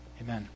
amen